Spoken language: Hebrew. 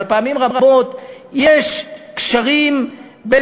אבל אנחנו יודעים שפעמים רבות יש קשרים בין